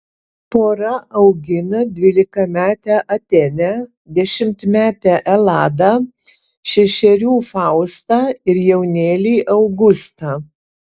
pora augina dvylikametę atėnę dešimtmetę eladą šešerių faustą ir jaunėlį augustą